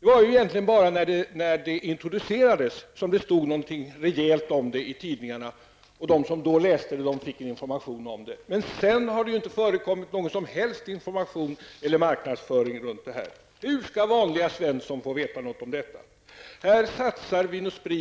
Det var egentligen bara när dessa alternativ introducerades som det stod något rejält om det i tidningarna, och de som då läste det fick information. Sedan har det inte förekommit någon som helst information eller marknadsföring. Hur skall vanliga Svenssons få veta något om detta? Vin och spritcentralen satsar